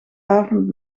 avond